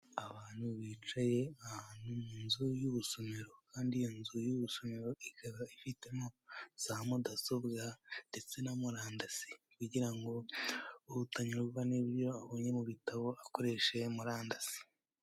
Abantu bicaye ahantu mu nzu y'ubusomero kandi iyo nzu y'ubusomero ikaba ifitemo za mudasobwa ndetse no murandasi, kugira ngo utanyurwa n'ibyo anonye mu bitabo akoreshe muri andasi.